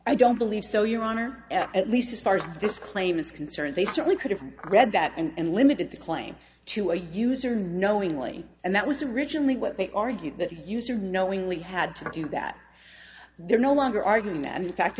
i don't believe so your honor at least as far as this claim is concerned they certainly could have read that and limited the claim to a user knowingly and that was originally what they argue that users knowingly had to do that they're no longer arguing that in fact